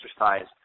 exercise